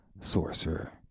sorcerer